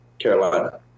Carolina